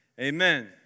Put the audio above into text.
Amen